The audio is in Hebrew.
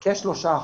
כ-3%.